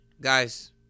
Guys